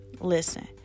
Listen